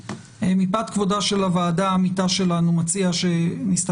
מפאת כבודה של הוועדה העמיתה שלנו אני מציע שנסתפק